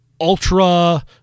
ultra